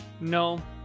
no